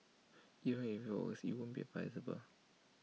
even if IT works IT won't be advisable